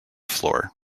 floor